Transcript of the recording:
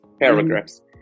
paragraphs